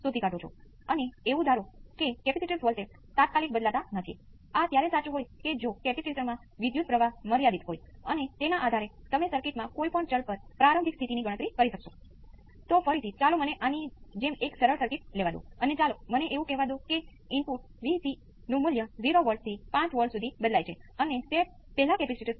ખરેખર આ સમાન ઉકેલ છે ભાવનાત્મક રીતે પરંતુ સૂત્રો થોડા વધુ અવ્યવસ્થિત લાગે છે કારણ કે મારી પાસે આ alpha cos ω t beta sin ω t હતું અને પછી મારે કોંસ્ટંટ શોધવા પડશે